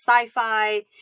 sci-fi